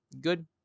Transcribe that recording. good